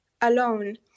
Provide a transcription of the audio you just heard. alone